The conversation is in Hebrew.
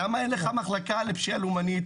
למה אין לך מחלקה לפשיעה לאומנית,